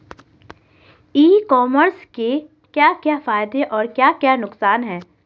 ई commerce के क्या क्या फायदे और क्या क्या नुकसान है?